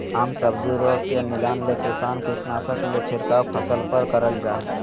आम सब्जी रोग के निदान ले किसान कीटनाशक के छिड़काव फसल पर करल जा हई